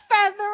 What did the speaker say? feather